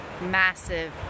massive